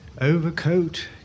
Overcoat